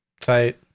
Tight